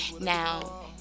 now